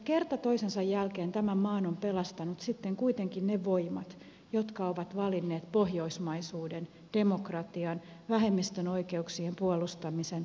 kerta toisensa jälkeen tämän maan ovat pelastaneet kuitenkin ne voimat jotka ovat valinneet pohjoismaisuuden demokratian vähemmistön oikeuksien puolustamisen markkinatalouden